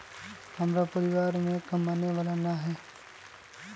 हमरा परिवार में कमाने वाला ना है?